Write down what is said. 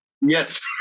yes